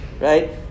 right